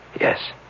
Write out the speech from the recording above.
Yes